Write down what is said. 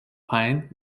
pine